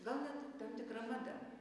gal net tam tikra mada